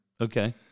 Okay